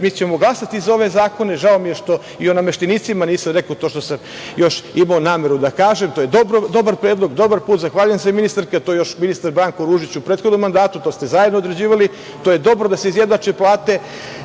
mi ćemo glasati za ove zakone. Žao mi je što i o nameštenicima nisam rekao to što sam još imao nameru da kažem. To je dobar predlog, dobar put. Zahvaljujem se, ministarka. To je još Branko Ružić u prethodnom mandatu… To ste zajedno određivali. To je dobro da se izjednače plate. Želim